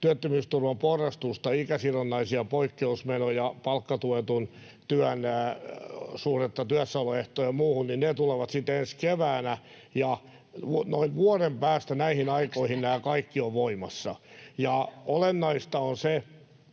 työttömyysturvan porrastusta, ikäsidonnaisia poikkeusmenoja, palkkatuetun työn suhdetta työssäoloehtoihin ja muuhun, tulevat sitten ensi keväänä, ja noin vuoden päästä näihin aikoihin nämä kaikki ovat voimassa. Olennaista on se,